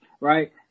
right